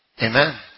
Amen